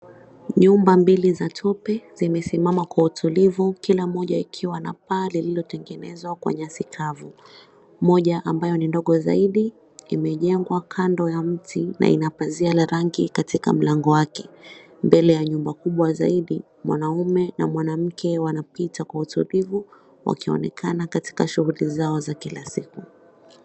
Nyumba mbili za tope zimesimama kwa utulivu kila moja ikiwa na paa lilitengenezwa kwa nyasi kavu. Moja ambayo ni ndogo zaidi imejengwa kando ya mti na inapazia la rangi katika mlango wake. Mbele ya nyumba kubwa zaidi mwaumume na mwanamke wanapita kwa utulivu wakionekana katika shughuli zao za kila siku.